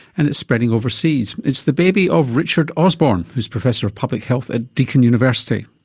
and it's spreading overseas. it's the baby of richard osborne who's professor of public health at deakin university.